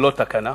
ולא תקנה,